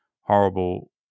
horrible